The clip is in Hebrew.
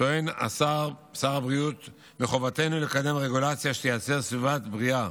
טוען שר הבריאות כי מחובתנו לקדם רגולציה שתייצר סביבה בריאה,